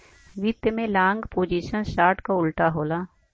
वित्त में long position short क उल्टा होला